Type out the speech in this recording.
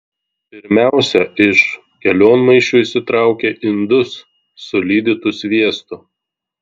pirmiausia iš kelionmaišių išsitraukia indus su lydytu sviestu